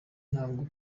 ntabwo